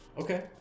Okay